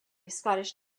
scottish